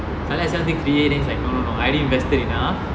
so like I want to take three a then he's like no no no I already invested enough